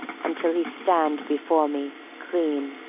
until he stand before me clean.